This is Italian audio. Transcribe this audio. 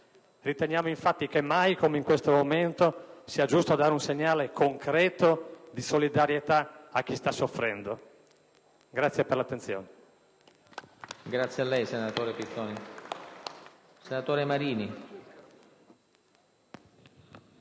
Riteniamo infatti che mai come in questo momento sia giusto dare un segnale concreto di solidarietà a chi sta soffrendo. *(Applausi